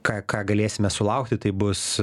ką ką galėsime sulaukti tai bus